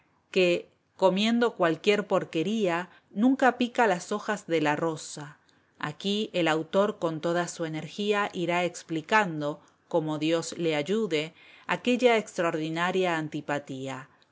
que comiendo cualquiera porquería nunca pica las hojas de la rosa aquí el autor con toda su energía irá explicando como dios le ayude aquella extraordinaria antipatía